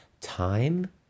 time